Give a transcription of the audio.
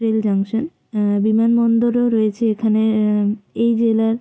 rail junction বিমান বন্দরও রয়েছে এখানে এই জেলার